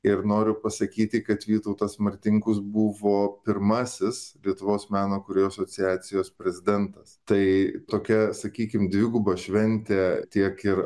ir noriu pasakyti kad vytautas martinkus buvo pirmasis lietuvos meno kūrėjų asociacijos prezidentas tai tokia sakykim dviguba šventė tiek ir